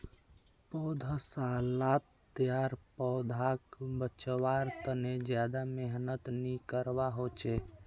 पौधसालात तैयार पौधाक बच्वार तने ज्यादा मेहनत नि करवा होचे